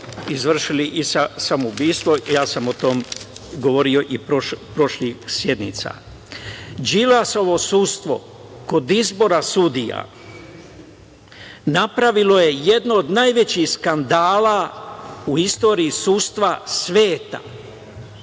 izvršili i samoubistvo. Ja sam o tome govorio i prošlih sednica. Đilasovo sudstvo kod izbora sudija napravilo je jedan od najvećih skandala u istoriji sudstva sveta.